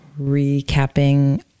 recapping